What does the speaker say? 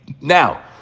Now